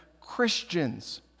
Christians